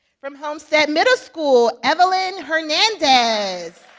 from homestead middle school, evelin hernandez.